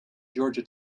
georgia